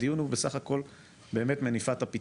הדיון הוא מניפת הפתרונות,